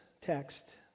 text